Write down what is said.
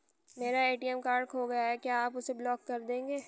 मेरा ATM card खो गया है क्या आप उसे ब्लॉक कर देंगे?